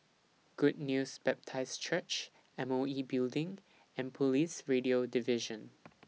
Good News Baptist Church M O E Building and Police Radio Division